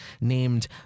named